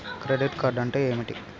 Credit card అంటే ఏమిటి?